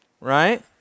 right